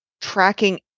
tracking